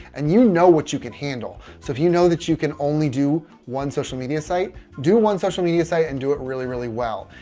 and you know what you can handle so if you know that you can only do one social media site do one social media site and do it really really well.